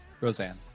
Roseanne